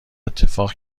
اتفاق